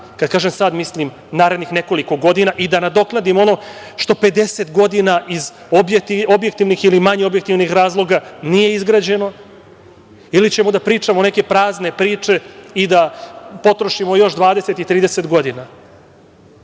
kad kažem sad mislim narednih nekoliko godina i da nadoknadimo ono što 50 godina iz objektivnih ili manje objektivnih razloga nije izgrađeno, ili ćemo da pričamo neke prazne priče i da potrošimo još 20 i 30 godina. Možda